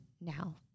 now